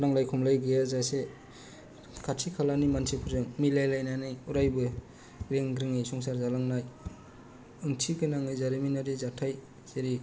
नांलाय खमलाय गैया जासे खथि खालानि मानसिफोरजों मिलाय लायनानै अरायबो ग्रोम ग्रोमै संसार जालांनाय ओंथिगोनाङै जारिमिनारि जाथाय जेरै